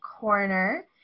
Corner